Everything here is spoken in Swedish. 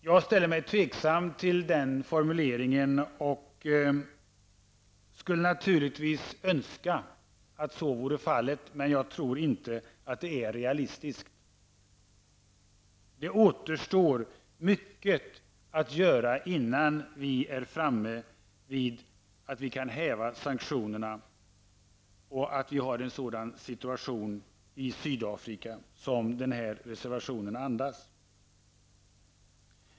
Jag ställer mig tveksam till den formuleringen. Jag skulle naturligtvis önska att så vore fallet, men jag tror inte att det är realistiskt. Det återstår mycket att göra innan vi är framme vid den tidpunkt då vi kan häva sanktionerna, dvs. då vi har en sådan situation i Sydafrika som den här reservationen andas.